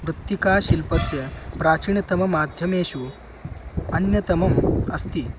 मृत्तिकाशिल्पस्य प्राचीनतम माध्यमेषु अन्यतमम् अस्ति